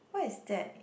what is that